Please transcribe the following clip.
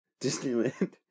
Disneyland